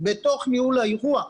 בתוך ניהול האירוע,